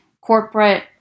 corporate